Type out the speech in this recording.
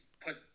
put